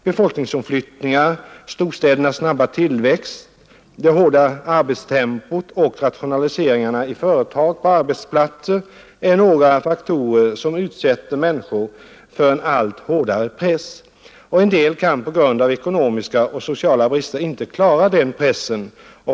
Befolkningsomflyttningar, storstädernas snabba tillväxt, det hårda arbetstempot och rationaliseringarna i företag och på arbetsplatser är några faktorer som utsätter människorna för en allt hårdare press. En del kan på grund av ekonomiska eller sociala brister inte klara den pressen.